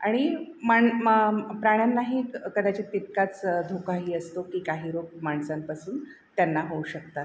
आणि माण मा प्राण्यांनाही कदाचित तितकाच धोकाही असतो की काही रोग माणसांपासून त्यांना होऊ शकतात